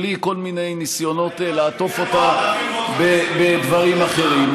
בלי כל מיני ניסיונות לעטוף אותה בדברים אחרים.